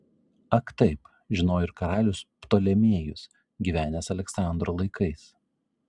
ak taip žinojo ir karalius ptolemėjus gyvenęs aleksandro laikais